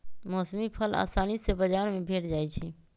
मौसमी फल असानी से बजार में भेंट जाइ छइ